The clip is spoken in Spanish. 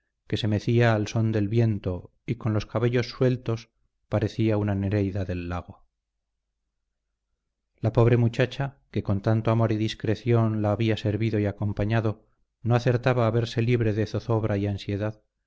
que se mecía al son del viento y con los cabellos sueltos parecía una nereida del lago la pobre muchacha que con tanto amor y discreción la había servido y acompañado no acertaba a verse libre de zozobra y ansiedad